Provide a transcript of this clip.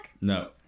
No